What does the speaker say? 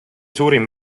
suurim